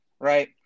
right